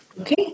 Okay